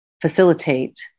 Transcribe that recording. facilitate